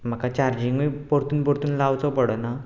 म्हाका चार्जिंगूय परतून परतून लावचो पडना